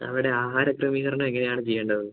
അവിടെ ആഹാര ക്രമീകരണം എങ്ങനെയാണ് ചെയ്യേണ്ടത്